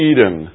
Eden